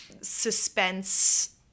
suspense